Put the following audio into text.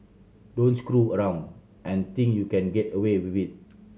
don't screw around and think you can get away with